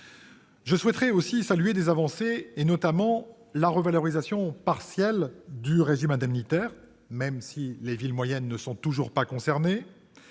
Je tiens à saluer certaines avancées, notamment la revalorisation partielle du régime indemnitaire, même si les villes moyennes ne sont toujours pas concernées,